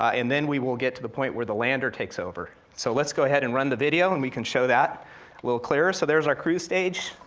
and then we will get to the point where the lander takes over, so let's go ahead and run the video, and we can show a little clearer, so there's our cruise stage.